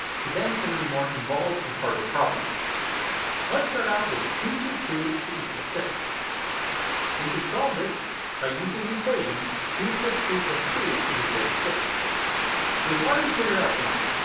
to then some of the more involved in harder problems let's start out with two two two to equals six we can solve this by using the equation two plus two plus two is equal to six so we've already figured out one